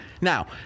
Now